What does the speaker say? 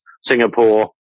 Singapore